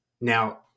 Now